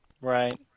Right